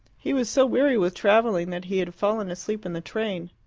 he was so weary with travelling that he had fallen asleep in the train.